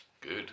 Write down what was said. good